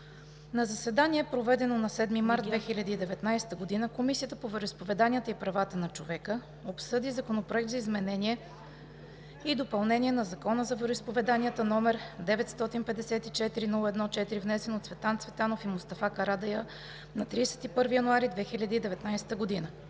На заседание, проведено на 7 март 2019 г., Комисията по вероизповеданията и правата на човека обсъди Законопроект за изменение и допълнение на Закон за вероизповеданията, № 954 01 4, внесен от народните представители Цветан Цветанов и Мустафа Карадайъ на 31 януари 2019 г.